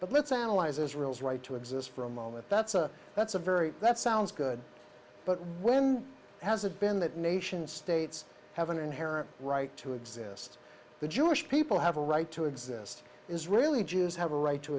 but let's analyze israel's right to exist for a moment that's a that's a very that sounds good but when has it been that nation states have an inherent right to exist the jewish people have a right to exist is really jews have a right to